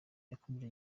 yakomeje